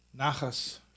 nachas